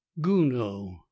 Guno